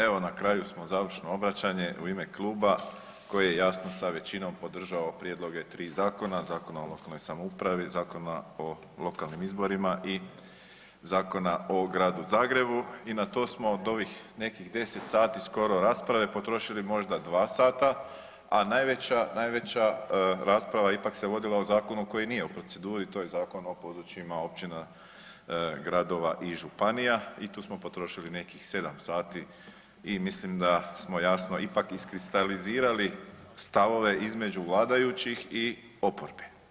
Evo, na kraju smo, završno obraćanje u ime kluba koje je jasno sa većinom podržao prijedloge 3 zakona, Zakona o lokalnoj samoupravi, Zakona o lokalnim izborima i Zakona o Gradu Zagrebu i na to smo od ovih nekih 10 sati skoro rasprave, potrošili možda 2 sata, a najveća rasprava ipak se vodila o zakonu koji nije u proceduri, to je Zakon o područjima općinama, gradova i županija i tu smo potrošili nekih 7 sati, i mislim da smo jasno ipak iskristalizirali stavove između vladajućih i oporbe.